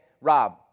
Rob